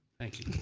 thank you.